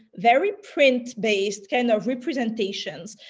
very print-based kind of representations,